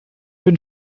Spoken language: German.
bin